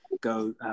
go